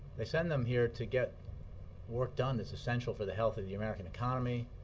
they send them here to get work done that's essential for the health of the american economy,